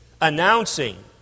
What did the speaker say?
announcing